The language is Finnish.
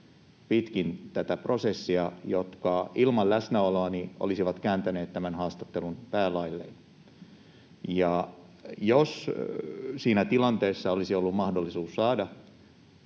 käännösvirhettä, jotka ilman läsnäoloani olisivat kääntäneet tämän haastattelun päälaelleen. Jos siinä tilanteessa olisi ollut mahdollisuus saada